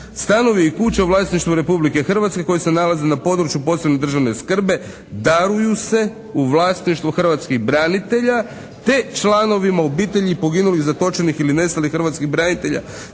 "Stanovi i kuće u vlasništvu Republike Hrvatske koji se nalaze na području posebne državne skrbi daruju se u vlasništvu hrvatskih branitelja te članovima obitelji poginulih, zatočenih ili nestalih hrvatskih branitelja